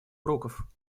уроков